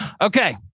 Okay